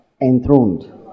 enthroned